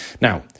Now